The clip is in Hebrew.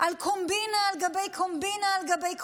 על קומבינה על גבי קומבינה על גבי קומבינה.